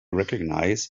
recognize